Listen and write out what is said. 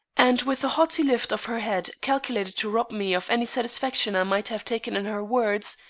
and with a haughty lift of her head calculated to rob me of any satisfaction i might have taken in her words,